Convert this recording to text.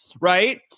right